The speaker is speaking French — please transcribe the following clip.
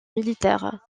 militaire